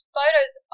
photos